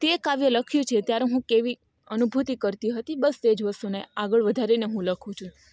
તે કાવ્ય લખ્યું છે ત્યારે હું કેવી અનુભૂતિ કરતી હતી બસ તે જ વસ્તુને આગળ વધારીને હું લખું